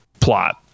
plot